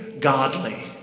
godly